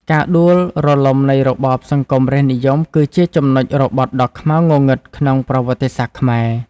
ការដួលរលំនៃរបបសង្គមរាស្រ្តនិយមគឺជាចំណុចរបត់ដ៏ខ្មៅងងឹតក្នុងប្រវត្តិសាស្ត្រខ្មែរ។